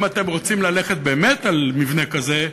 אם אתם רוצים ללכת באמת על מבנה כזה,